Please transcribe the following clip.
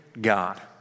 God